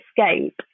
escape